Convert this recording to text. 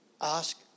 ask